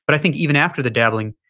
but i think even after the dabbling,